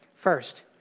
First